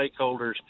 stakeholders